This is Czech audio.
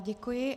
Děkuji.